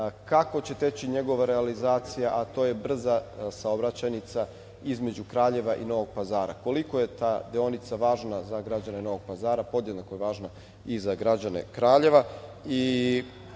kako će teći njegova realizacija, a to je brza saobraćajnica između Kraljeva i Novog Pazara? Koliko je ta deonica važna za građane Novog Pazara, podjednako je važna i za građane Kraljeva.